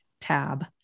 tab